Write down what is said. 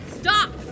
stop